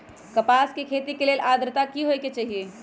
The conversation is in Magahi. कपास के खेती के लेल अद्रता की होए के चहिऐई?